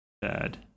Bad